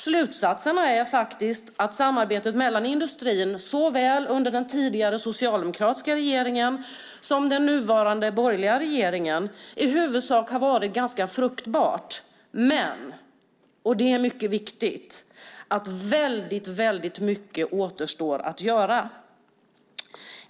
Slutsatsen är att samarbetet mellan industrin, såväl under den tidigare socialdemokratiska regeringen som under den nuvarande borgerliga regeringen, i huvudsak har varit ganska fruktbart. Men, och det är mycket viktigt, väldigt mycket återstår att göra.